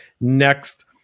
next